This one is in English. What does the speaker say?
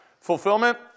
Fulfillment